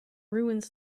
ruins